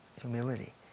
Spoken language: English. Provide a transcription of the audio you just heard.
humility